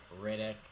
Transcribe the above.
Riddick